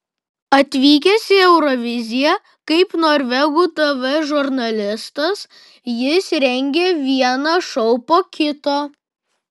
atvykęs į euroviziją kaip norvegų tv žurnalistas jis rengia vieną šou po kito